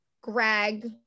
Greg